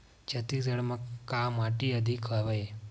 छत्तीसगढ़ म का माटी अधिक हवे?